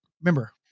Remember